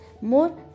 more